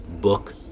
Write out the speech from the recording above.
book